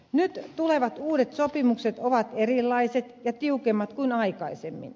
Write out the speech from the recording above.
nyt tulevat uudet sopimukset ovat erilaiset ja tiukemmat kuin aikaisemmin